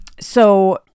So-